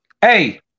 hey